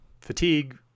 fatigue